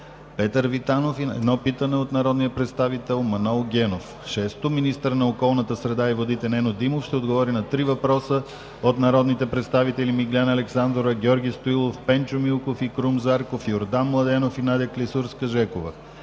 Петър Витанов и едно питане от народния представител Манол Генов; - министъра на околната среда и водите Нено Димов ще отговори на три въпроса от народните представители Миглена Александрова, Георги Стоилов, Пенчо Милков и Крум Зарков, Йордан Младенов и Надя Клисурска-Жекова;